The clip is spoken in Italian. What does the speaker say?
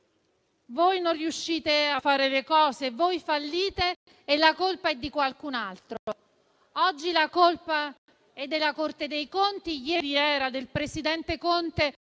voi non riuscite a fare le cose, voi fallite e la colpa è di qualcun altro. Oggi la colpa è della Corte dei conti; ieri era del presidente Conte